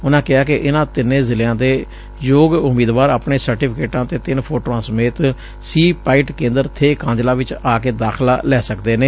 ਉਨੂਾ ਕਿਹਾ ਕਿ ਇਨੂਾਂ ਤਿੰਨੇ ਜ਼ਿਲ੍ਹਿਆਂ ਦੇ ਯੋਗ ਉਮੀਦਵਾਰ ਆਪਣੇ ਸਰਟੀਫੀਕੇਟਾਂ ਅਤੇ ਤਿੰਨ ਫੋਟੋਆਂ ਸਮੇਤ ਸੀ ਪਾਈਟ ਕੇਂਦਰ ਬੇਹ ਕਾਂਜਲਾਂ ਚ ਆ ਕੇ ਦਾਖਲਾ ਲੈ ਸਕਦੇ ਨੇ